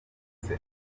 nibwo